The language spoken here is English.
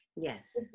Yes